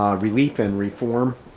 um relief and reform